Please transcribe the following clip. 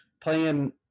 playing